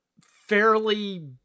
fairly